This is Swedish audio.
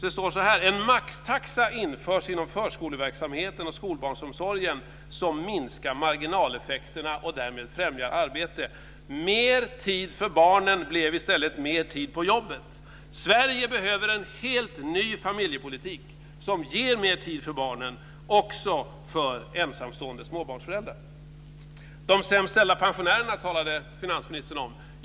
Det står så här: En maxtaxa införs inom förskoleverksamheten och skolbarnsomsorgen som minskar marginaleffekterna och därmed främjar arbete. Mer tid för barnen blev i stället mer tid på jobbet! Sverige behöver en helt ny familjepolitik som ger mer tid för barnen, också för ensamstående småbarnsföräldrar. Finansministern talade om de sämst ställda pensionärerna.